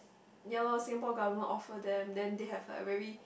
ye loh Singapore government offer them then they have like a very